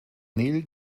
nil